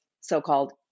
so-called